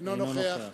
אינו נוכח